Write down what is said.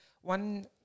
One